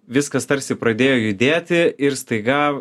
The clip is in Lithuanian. viskas tarsi pradėjo judėti ir staiga